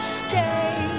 stay